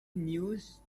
news